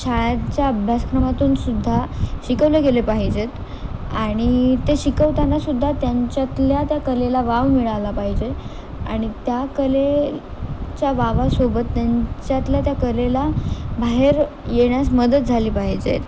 शाळांच्या अभ्यासक्रमातूनसुद्धा शिकवलं गेले पाहिजेत आणि ते शिकवतानासुद्धा त्यांच्यातल्या त्या कलेला वाव मिळाला पाहिजेत आणि त्या कलेच्या वावासोबत त्यांच्यातल्या त्या कलेला बाहेर येण्यास मदत झाली पाहिजेत